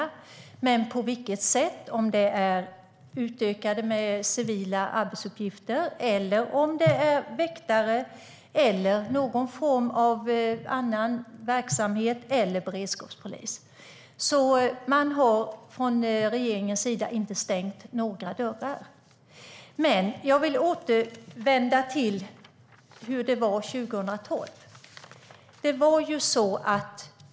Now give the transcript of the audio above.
Men det sägs inte på vilket sätt - om det är utökat med civila arbetsuppgifter, väktare, någon form av annan verksamhet eller beredskapspolis. Man har alltså inte stängt några dörrar från regeringens sida. Jag vill återvända till hur det var 2012.